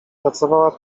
pracowała